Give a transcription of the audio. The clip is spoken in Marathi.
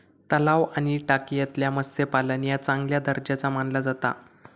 तलाव आणि टाकयेतला मत्स्यपालन ह्या चांगल्या दर्जाचा मानला जाता